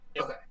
Okay